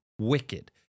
wicked